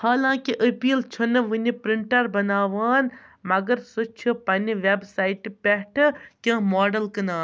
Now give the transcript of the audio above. حالانٛکہِ ایپل چھَنہٕ وٕنہِ پِرٛنٹَر بَناوان مگر سُہ چھُ پنٛنہِ وٮ۪ب سایٹہِ پٮ۪ٹھٕ کینٛہہ ماڈَل کٕنا